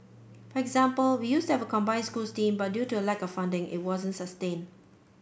for example we used to have a combined schools team but due to a lack of funding it wasn't sustained